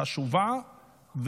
חשובה,